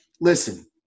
listen